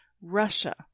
Russia